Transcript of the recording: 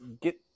get